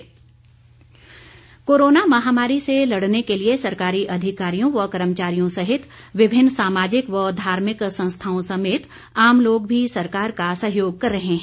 अंशदान कोरोना महामारी से लड़ने के लिए सरकारी अधिकारियों व कर्मचारियों सहित विभिन्न सामाजिक व धार्मिक संस्थाओं समेत आम लोग भी सरकार का सहयोग कर रहे हैं